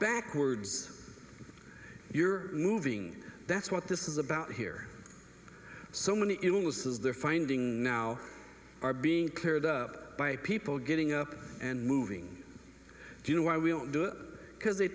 backwards you're moving that's what this is about here so many illnesses they're finding now are being cleared by people getting up and moving you know why we don't do it because they